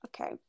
Okay